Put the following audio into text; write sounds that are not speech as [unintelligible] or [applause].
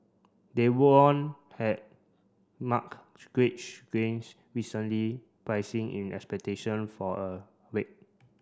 they won had marked [unintelligible] gains recently pricing in expectation for a rate